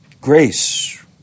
Grace